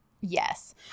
Yes